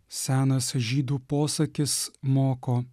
senas žydų posakis moko